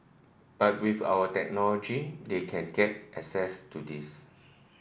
but with our technology they can get access to this